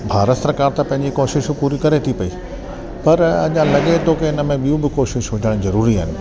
भारत सरकार त पंहिंजी कोशिशूं पूरी करे थी पई पर अञा लॻे थो के हिन में ॿियूं बि कोशिशू ठाइण जरुरी आहिनि